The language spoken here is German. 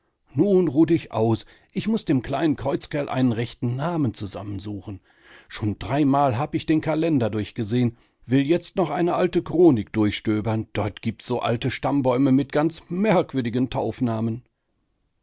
nun ruh dich aus ich muß dem kleinen kreuzkerl einen rechten namen zusammensuchen schon dreimal hab ich den kalender durchgesehen will jetzt noch eine alte chronik durchstöbern dort gibt's so alte stammbäume mit ganz merkwürdigen